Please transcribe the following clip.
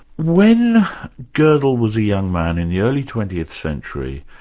when godel was a young man in the early twentieth century,